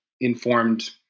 informed